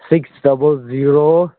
six double zero